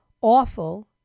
awful